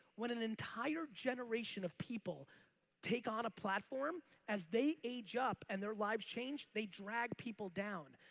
when an entire generation of people take on a platform as they age up and their lives change they drag people down.